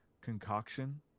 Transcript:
concoction